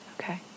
Okay